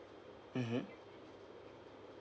mmhmm